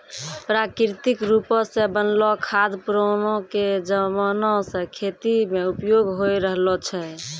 प्राकृतिक रुपो से बनलो खाद पुरानाके जमाना से खेती मे उपयोग होय रहलो छै